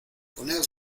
poneos